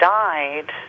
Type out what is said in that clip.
died